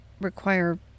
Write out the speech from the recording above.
require